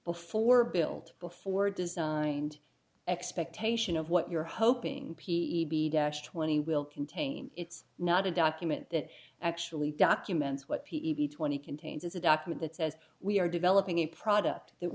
before built before designed expectation of what you're hoping twenty will contain it's not a document that actually documents what p b twenty contains is a document that says we are developing a product that